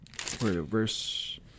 verse